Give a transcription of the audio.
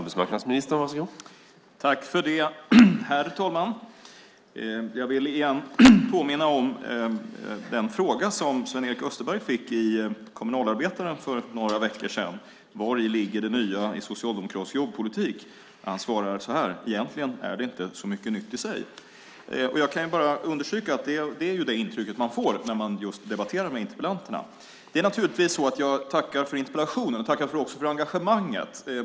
Herr talman! Jag vill påminna om den fråga som Sven-Erik Österberg fick i Kommunalarbetaren för några veckor sedan: Vari ligger det nya i socialdemokratisk jobbpolitik? Han svarade så här: Egentligen är det inte så mycket nytt i sig. Jag kan bara understryka att det är det intrycket man får när man debatterar med interpellanterna. Naturligtvis tackar jag för interpellationen och också för engagemanget.